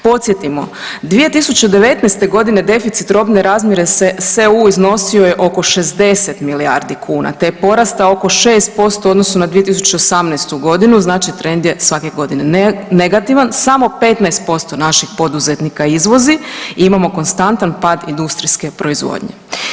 Podsjetimo, 2019.g. deficit robne razmjere s EU iznosio je oko 60 milijardi kuna, te je porastao oko 6% u odnosu na 2018.g., znači trend je svake godine negativan, samo 15% naših poduzetnika izvozi i imamo konstantan pad industrijske proizvodnje.